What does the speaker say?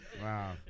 Wow